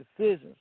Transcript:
decisions